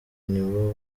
nibo